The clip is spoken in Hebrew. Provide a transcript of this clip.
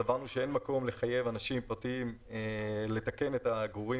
וסברנו שאין מקום לחייב אנשים פרטיים לתקן את הגרורים